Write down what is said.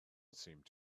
seemed